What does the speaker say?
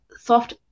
soft